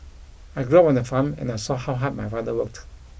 I grew on a farm and I saw how hard my father worked